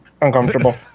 uncomfortable